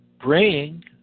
bring